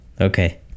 okay